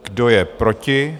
Kdo je proti?